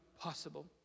possible